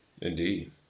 Indeed